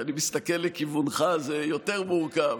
כשאני מסתכל לכיוונך, זה יותר מורכב.